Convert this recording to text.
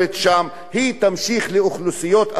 היא תמשיך לאוכלוסיות אחרות.